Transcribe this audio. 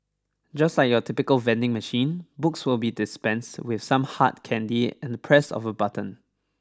just like your typical vending machine books will be dispensed with some hard candy and the press of a button